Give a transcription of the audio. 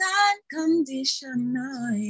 unconditional